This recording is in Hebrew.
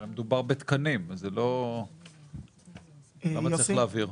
הרי מדובר בתקנים, אז צריך להבהיר.